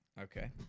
Okay